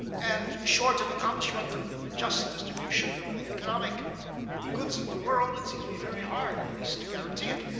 and short of accomplishment of just distribution of the economic goods of the world, it seems to be very hard, at least, to guarantee it.